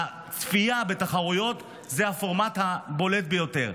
הצפייה בתחרויות זה הפורמט הבולט ביותר.